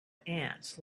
ants